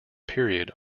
period